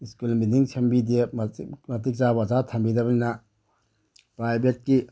school building ꯁꯦꯝꯕꯤꯗꯦ ꯃꯇꯤꯛ ꯆꯥꯕ ꯑꯣꯖꯥ ꯊꯝꯕꯤꯗꯕꯅꯤꯅ ꯄ꯭ꯔꯥꯏꯕꯦꯠꯀꯤ